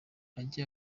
ajye